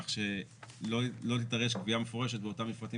כך שלא תידרש קביעה מפורשת באותם מפרטים